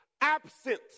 absent